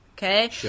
Okay